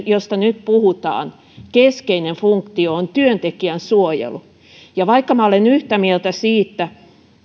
josta nyt puhutaan keskeinen funktio on työntekijän suojelu vaikka minä olen yhtä mieltä siitä